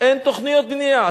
אין תוכניות בנייה.